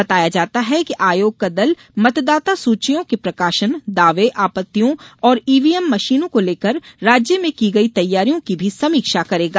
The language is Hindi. बताया जाता है कि आयोग का दल मतदाता सूचियों के प्रकाशन दावे आपत्तियों और ईवीएम मशीनों को लेकर राज्य में की गई तैयारियों की भी समीक्षा करेगा